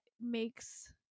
makes